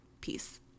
Peace